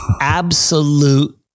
absolute